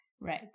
right